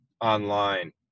online